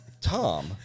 Tom